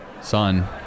son